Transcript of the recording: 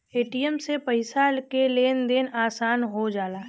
ATM से पइसा के लेन देन आसान हो जाला